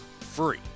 free